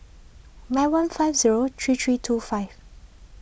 nine one five zero three three two five